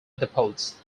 depots